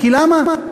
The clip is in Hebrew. כי למה?